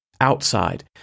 outside